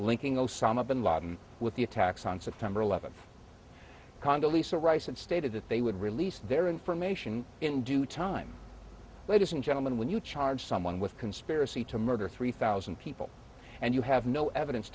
linking osama bin laden with the attacks on september eleventh conda lisa rice and stated that they would release their information in due time ladies and gentlemen when you charge someone with conspiracy to murder three thousand people and you have no evidence